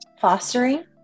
fostering